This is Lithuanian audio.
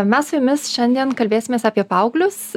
mes su jumis šiandien kalbėsimės apie paauglius